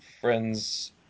friends